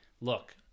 look